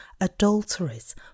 adulteries